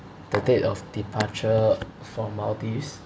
the date of departure for maldives